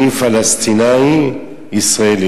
אני פלסטיני ישראלי.